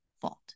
fault